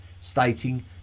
stating